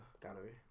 gallery